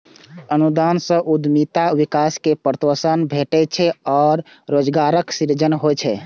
अनुदान सं उद्यमिता विकास कें प्रोत्साहन भेटै छै आ रोजगारक सृजन होइ छै